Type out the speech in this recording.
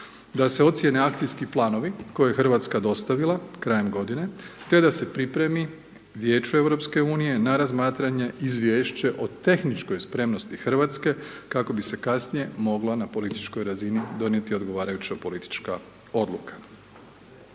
da se ocijene akcijski planovi koje je RH dostavila krajem godine, te da se pripremi Vijeće EU na razmatranje Izvješće o tehničkoj spremnosti RH, kako bi se kasnije mogla na političkoj razini donijeti odgovarajuća politička odluka.